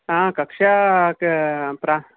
हा कक्षा प्रा